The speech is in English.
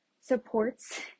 supports